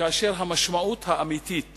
כאשר המשמעות האמיתית